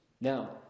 Now